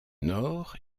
nord